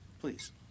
please